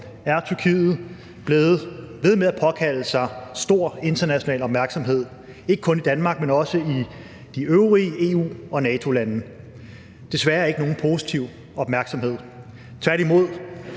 er Tyrkiet blevet ved med at påkalde sig stor international opmærksomhed, ikke kun i Danmark, men også i de øvrige EU-lande og NATO-lande, og desværre er det ikke nogen positiv opmærksomhed; tværtimod.